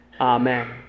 Amen